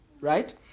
right